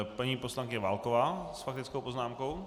Paní poslankyně Válková s faktickou poznámkou.